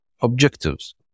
Objectives